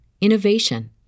innovation